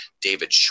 David